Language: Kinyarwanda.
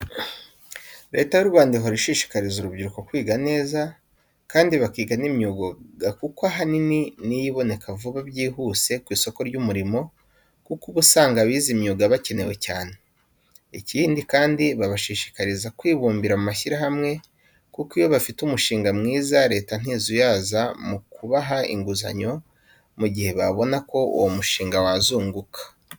Leta y'u Rwanda ihora ishishikariza urubyiruko kwiga neza, kandi bakiga n'imyuga kuko ahanini niyo iboneka vuba byihuse ku isoko ry'umurimo, kuko uba usanga abize imyuga bakenewe cyane. Ikindi kandi babashishikariza kwibumbira mu mashyirahamwe kuko iyo bafite umushinga mwiza Leta ntizuyaza mukubaha inguzanyo mu gihe babona ko uwo mushinga wazunguka.